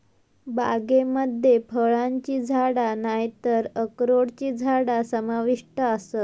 बागेमध्ये फळांची झाडा नायतर अक्रोडची झाडा समाविष्ट आसत